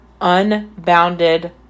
unbounded